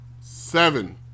seven